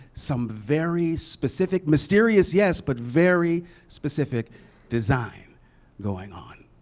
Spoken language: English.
some very specific mysterious, yes, but very specific design going on.